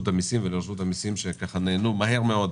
המיסים ולרשות המיסים על שנענו מהר מאוד